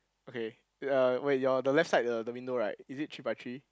okay uh wait your the left side the the window right is it three by three